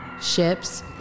ships